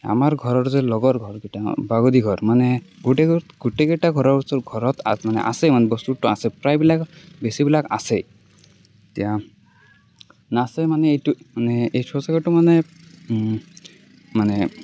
আমাৰ ঘৰৰ যে লগৰ ঘৰকেইটা বাগৰি ঘৰ মানে গোটেই গোটেইকেইটা ঘৰৰ ওচৰত ঘৰত আ মানে আছে বস্তুটো আছে প্ৰায়বিলাক বেছিবিলাক আছেই এতিয়া নাছে মানে এইটো মানে এই শৌচাগাৰটো মানে মানে